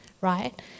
Right